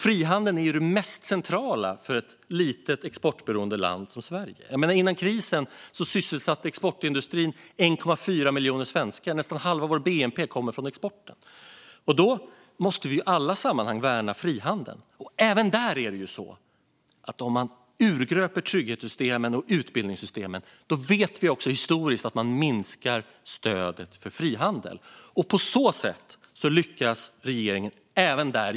Frihandeln är ju det mest centrala för ett litet, exportberoende land som Sverige. Innan krisen sysselsatte exportindustrin 1,4 miljoner svenskar, och nästan halva vår bnp kommer från exporten. Därför måste vi i alla sammanhang värna frihandeln. Det fungerar på samma sätt här: Vi vet från historien att man minskar stödet för frihandel om man urgröper trygghetssystemen och utbildningssystemen.